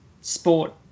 sport